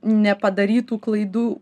nepadarytų klaidų